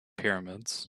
pyramids